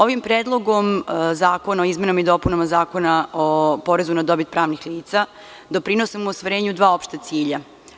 Ovim Predlogom zakona o izmenama i dopunama Zakona o porezu na dobit pravnih lica doprinosimo ostvarenju dva opšta cilja.